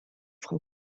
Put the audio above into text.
frau